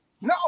no